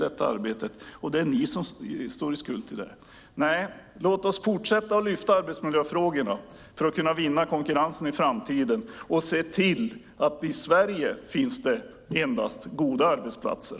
Det är ni som har skulden för det. Låt oss fortsätta att lyfta fram arbetsmiljöfrågorna för att kunna vinna konkurrensen i framtiden och se till att det i Sverige finns endast goda arbetsplatser.